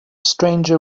stranger